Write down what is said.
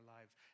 lives